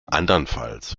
andernfalls